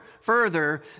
further